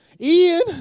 Ian